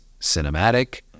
cinematic